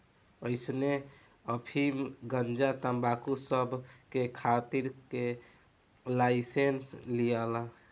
अइसने अफीम, गंजा, तंबाकू सब के खेती के लाइसेंस लियाला